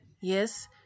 yes